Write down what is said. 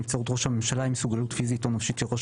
"נבצרות ראש הממשלה" אי-מסוגלות פיזית או נפשית של ראש